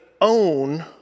own